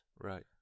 Right